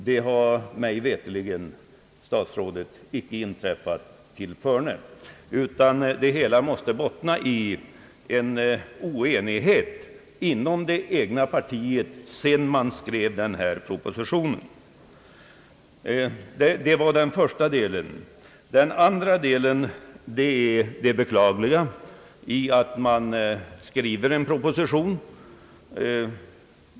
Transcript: Det har mig veterligt, herr statsråd, icke inträffat tillförne. Det hela måste bottna i en oenighet inom det egna partiet, sedan denna proposition skrevs. Det beklagliga är att man skriver en proposition.